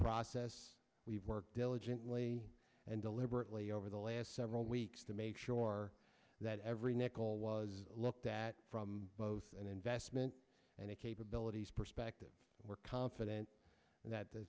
process we've worked diligently and deliberately over the last several weeks to make sure that every nickel was looked at from both an investment and the capabilities perspective we're confident that the